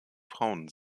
frauen